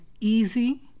easy